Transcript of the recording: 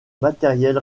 matériel